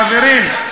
חברים,